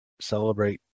celebrate